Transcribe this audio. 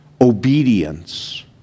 Obedience